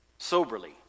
Soberly